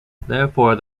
therefore